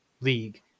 league